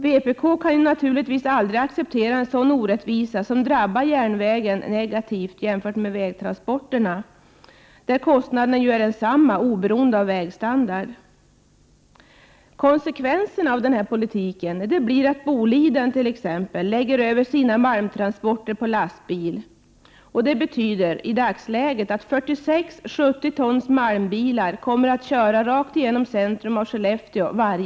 Vpk kan naturligtvis inte acceptera en sådan orättvisa, som utfaller till järnvägstrafikens nackdel jämfört med vägtransporter, där kostnaden är densamma oberoende av vägstandard. Konsekvensen av den här politiken blir att t.ex. Boliden lägger över sina malmtransporter till lastbilar. Det betyder i dagsläget att 46 stycken 70-tons malmbilar varje dag kommer att köra rakt igenom centrum av Skellefteå.